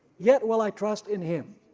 yet will i trust in him.